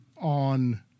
on